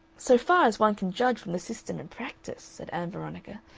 so far as one can judge from the system in practice, said ann veronica,